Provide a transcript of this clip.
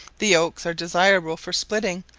the oaks are desirable for splitting,